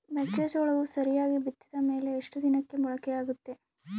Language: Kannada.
ಮೆಕ್ಕೆಜೋಳವು ಸರಿಯಾಗಿ ಬಿತ್ತಿದ ಮೇಲೆ ಎಷ್ಟು ದಿನಕ್ಕೆ ಮೊಳಕೆಯಾಗುತ್ತೆ?